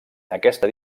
aquesta